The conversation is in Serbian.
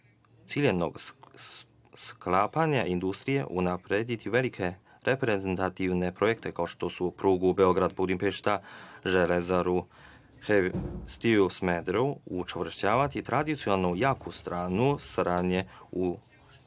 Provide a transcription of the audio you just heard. ciljanog sklapanja industrije, unaprediti velike reprezentativne projekte, kao što su pruga Beograd – Budimpešta, „Železara Smederevo“, učvršćavati tradicionalnu jaku stranu saradnje u